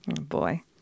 boy